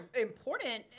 important